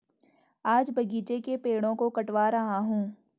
आज बगीचे के पेड़ों को कटवा रहा हूं